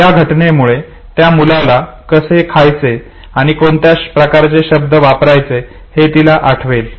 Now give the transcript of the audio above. ज्या घटनेमध्ये त्या मुलाला कसे गायचे आणि कोणत्या प्रकारचे शब्द वापरायचे हे तिला आठवेल